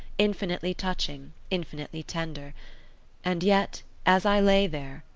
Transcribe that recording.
infinitely touching, infinitely tender and yet as i lay there,